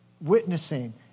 witnessing